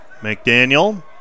McDaniel